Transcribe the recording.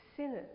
Sinners